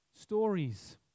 stories